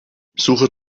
suche